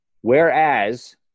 Whereas